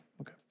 Okay